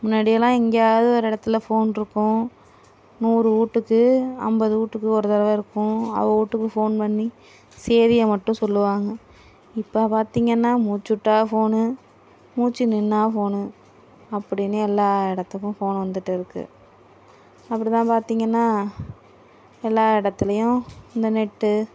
முன்னாடியெலாம் எங்கேயாவது ஒரு இடத்துல ஃபோனிருக்கும் நூறு வீட்டுக்கு ஐம்பது வீட்டுக்கு ஒரு தடவை இருக்கும் அவள் வீட்டுக்கு ஃபோன் பண்ணி சேதியை மட்டும் சொல்லுவாங்க இப்போ பார்த்தீங்கன்னா மூச்சுட்டால் ஃபோனு மூச்சு நின்றா ஃபோனு அப்படின்னு எல்லா இடத்துக்கும் ஃபோன் வந்துட்டு இருக்குது அப்படி தான் பார்த்தீங்கன்னா எல்லா இடத்துலியும் இந்த நெட்டு